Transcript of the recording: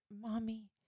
mommy